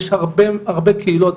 יש הרבה קהילות,